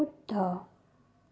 শুদ্ধ